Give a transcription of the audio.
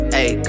Hey